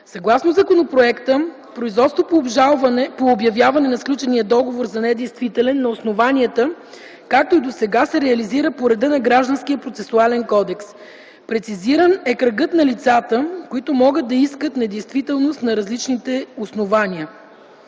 Съгласно законопроекта производството по обявяване на сключения договор за недействителен на основанията, както и досега, се реализира по реда на Гражданския процесуален кодекс. Прецизиран e кръгът на лицата, които могат да искат недействителност на различните основания.